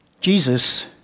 Jesus